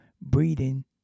breathing